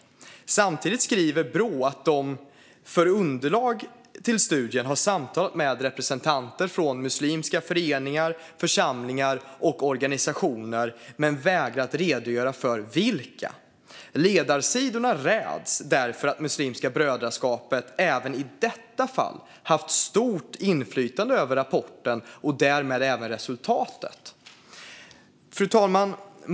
Samtidigt skriver Brå att de som underlag för studien har samtalat med representanter från muslimska föreningar, församlingar och organisationer, men de vägrar att redogöra för vilka. Ledarsidorna räds därför att Muslimska brödraskapet även i detta fall haft stort inflytande över rapporten och därmed även resultatet. Fru talman!